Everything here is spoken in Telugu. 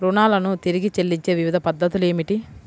రుణాలను తిరిగి చెల్లించే వివిధ పద్ధతులు ఏమిటి?